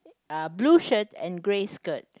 uh blue shirt and grey skirt